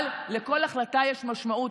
אבל לכל החלטה יש משמעות.